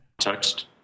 Text